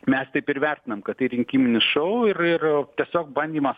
mes taip ir vertinam kad tai rinkiminis šou ir ir tiesiog bandymas